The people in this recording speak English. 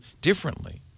differently